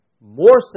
more